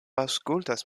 aŭskultas